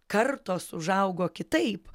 kartos užaugo kitaip